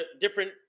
different